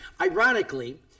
Ironically